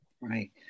Right